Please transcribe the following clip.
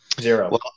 Zero